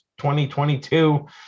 2022